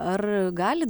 ar gali